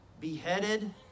beheaded